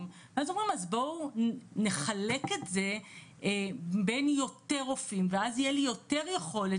ואז אומרים "אז בואו נחלק את זה בין יותר רופאים ואז תהיה לי יותר יכולת